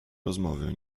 rozmowy